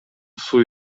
суу